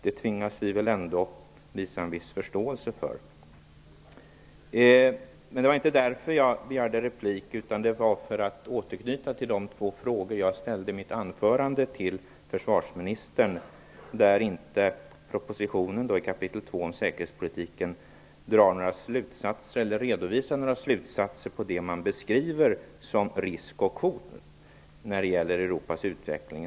Det tvingas vi vill ändå visa en viss förståelse för. Det var dock inte därför jag begärde replik, utan för att återknyta till de två frågor jag ställde i mitt anförande till försvarsministern. Kap. 2 i propositionen, om säkerhetspolitiken, redovisar inga slutsatser om det man beskriver som risk och hot i Europas utveckling.